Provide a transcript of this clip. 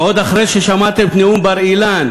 ועוד אחרי ששמעתם את נאום בר-אילן?